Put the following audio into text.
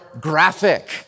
graphic